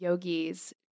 yogis